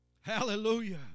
hallelujah